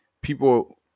people